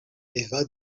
eva